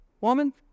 Woman